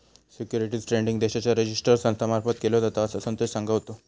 securities trading देशाच्या register संस्था मार्फत केलो जाता, असा संतोष सांगा होतो